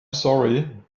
sorry